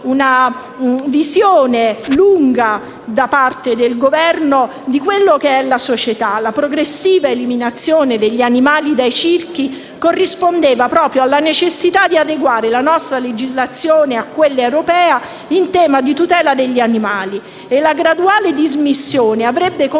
la graduale dismissione avrebbe consentito